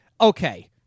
Okay